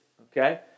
okay